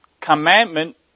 commandment